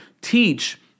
teach